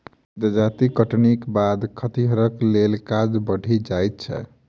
जजाति कटनीक बाद खतिहरक लेल काज बढ़ि जाइत छै